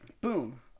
Boom